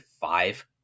five